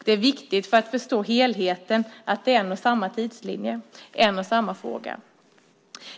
Det är viktigt för att förstå helheten att det är en och samma tidslinje, en och samma fråga.